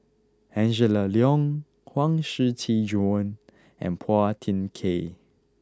Angela Liong Huang Shiqi Joan and Phua Thin Kiay